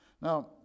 Now